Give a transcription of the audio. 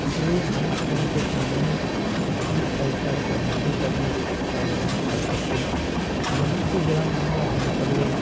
इसलिए हम उनके सामने अपने अधकारो को हासिल करने का वर्णन कर सकते हैं जमीन से जुड़ा मामला होने पर लोग